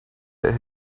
that